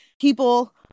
people